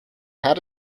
had